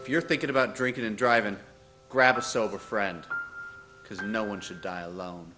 if you're thinking about drinking and driving grab a sober friend because no one should die alone